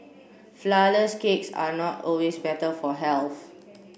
flourless cakes are not always better for health